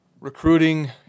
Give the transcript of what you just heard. Recruiting